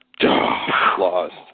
Lost